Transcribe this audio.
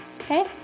okay